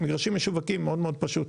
מגרשים משווקים מאוד מאוד פשוט.